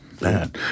man